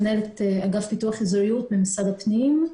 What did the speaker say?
מנהלת אגף פיתוח אזוריות במשרד הפנים.